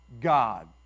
God